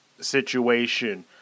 situation